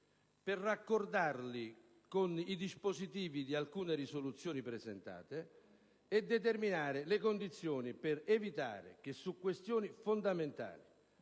di raccordarli con i dispositivi di alcune proposte di risoluzione presentate e di determinare le condizioni per evitare che su questioni fondamentali